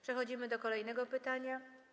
Przechodzimy do kolejnego pytania.